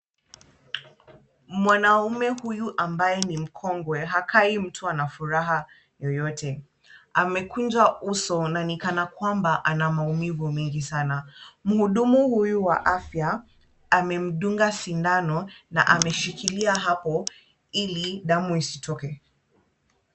Mwanaume huyu ambaye ni mkongwe hakai mtu ana furaha yoyote. Amekunja uso na ni kana kwamba ana maumivu mingi sana. Mhudumu huyu wa afya amemdunga sindano na ameshikilia hapo ili damu isitoke.